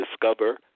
discover